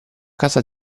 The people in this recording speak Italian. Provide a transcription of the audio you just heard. casa